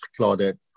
Claudette